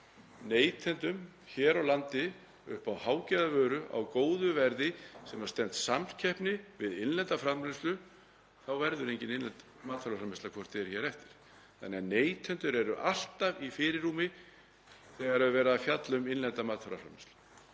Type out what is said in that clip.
neytendum hér á landi upp á hágæðavöru á góðu verði sem stenst samkeppni við innlenda framleiðslu þá verður engin innlend matvælaframleiðsla hvort eð er hér eftir, þannig að neytendur eru alltaf í fyrirrúmi þegar verið er að fjalla um innlenda matvælaframleiðslu.